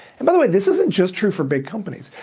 and by the way, this isn't just true for big companies.